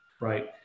right